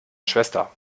schwester